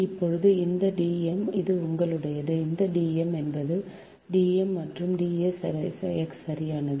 இப்போது இந்த D m அது உங்களுடையது இந்த D m என்பது D m மற்றும் D s x சரியானது